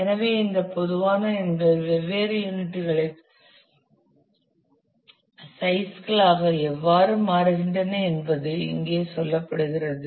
எனவே இந்த பொதுவான எண்கள் வெவ்வேறு யூனிட் களின் சைஸ்களாக எவ்வாறு மாறுகின்றன என்பது இங்கே சொல்லப்படுகிறது